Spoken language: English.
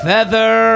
Feather